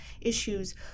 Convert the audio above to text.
issues